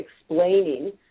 explaining